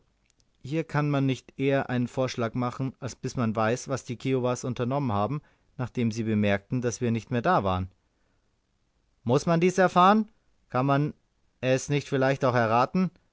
hier kann man nicht eher einen vorschlag machen als bis man weiß was die kiowas unternommen haben nachdem sie bemerkten daß wir nicht mehr da waren muß man dies erst erfahren kann man es nicht vielleicht auch erraten